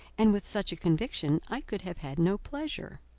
and with such a conviction i could have had no pleasure.